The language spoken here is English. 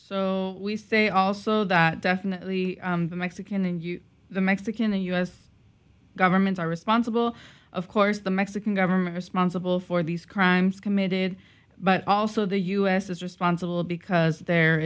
so we say also that definitely the mexican and the mexican and u s governments are responsible of course the mexican government responsible for these crimes committed but also the us is responsible because there